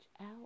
out